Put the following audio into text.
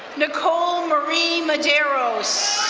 nicole marie madeiros.